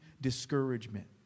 discouragement